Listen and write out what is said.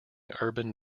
urban